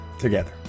together